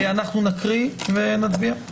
אנחנו נקריא ונצביע.